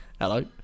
Hello